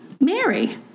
Mary